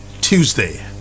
Tuesday